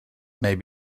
may